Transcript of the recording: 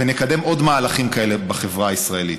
ונקדם עוד מהלכים כאלה בחברה הישראלית.